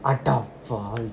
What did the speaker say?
அடப்பாவி:adapaavi